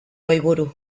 goiburu